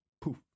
poof